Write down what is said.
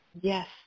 Yes